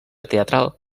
teatral